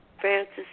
Francis